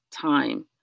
time